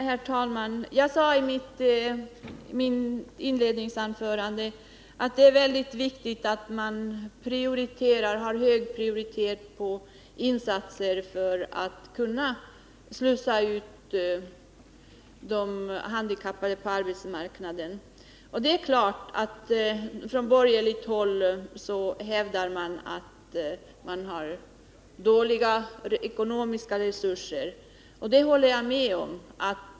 Herr talman! Jag sade i mitt inledningsanförande att det är viktigt att man har hög prioritet på insatser för att slussa ut de handikappade på arbetsmarknaden. Från borgerligt håll hävdar man att vi har dåliga ekonomiska resurser. Det håller jag med om.